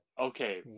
Okay